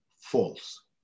False